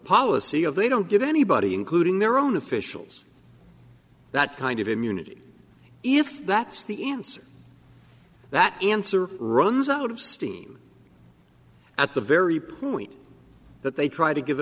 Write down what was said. policy of they don't give anybody including their own officials that kind of immunity if that's the answer that answer runs out of steam at the very point that they try to give